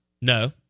No